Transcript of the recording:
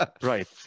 right